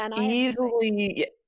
Easily